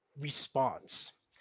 response